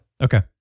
Okay